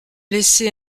laissé